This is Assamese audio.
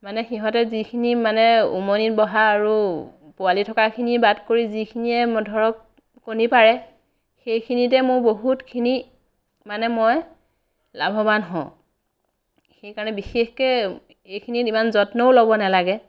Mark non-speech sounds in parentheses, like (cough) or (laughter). মানে সিহঁতে যিখিনি মানে উমনিত বহা আৰু পোৱালী থকাখিনি বাদ কৰি যিখিনিয়ে (unintelligible) ধৰক কণী পাৰে সেইখিনিতে মোৰ বহুতখিনি মানে মই লাভৱান হওঁ সেইকাৰণে বিশেষকৈ এইখিনিত ইমান যত্নও ল'ব নালাগে